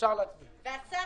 אבל כתוב שהוא